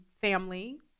family